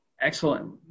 Excellent